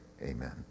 amen